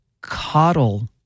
coddle